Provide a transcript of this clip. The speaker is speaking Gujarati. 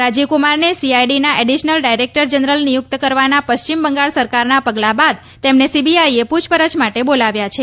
રાજીવકુમારને સીઆઈડીના એડિશનલ ડાયરેક્ટર જનરલ નિયુક્ત કરવાના પશ્ચિમ બંગાળ સરકારના પગલા બાદ તેમને સીબીઆઈએ પૂછપરછ માટે બોલાવ્યા છે